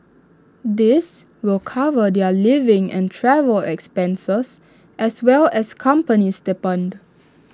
this will cover their living and travel expenses as well as company stipend